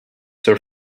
sir